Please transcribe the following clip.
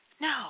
No